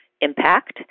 impact